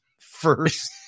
first